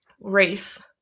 race